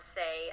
say